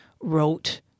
wrote